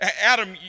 Adam